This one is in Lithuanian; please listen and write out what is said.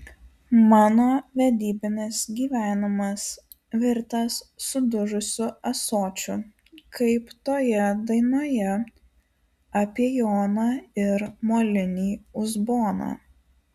mano vedybinis gyvenimas virtęs sudužusiu ąsočiu kaip toje dainoje apie joną ir molinį uzboną